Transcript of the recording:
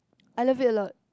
I love it a lot